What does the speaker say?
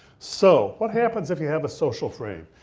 so, what happens if you have a social frame.